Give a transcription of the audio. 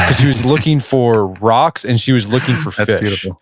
she was looking for rocks and she was looking for fish. and